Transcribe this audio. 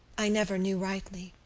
i never knew rightly.